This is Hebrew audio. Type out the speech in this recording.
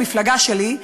המפלגה שלי,